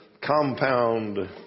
compound